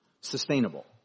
sustainable